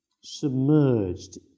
submerged